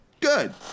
good